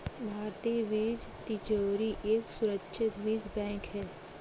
भारतीय बीज तिजोरी एक सुरक्षित बीज बैंक है